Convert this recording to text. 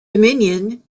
dominion